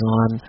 on